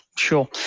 Sure